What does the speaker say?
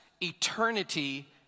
eternity